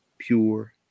pure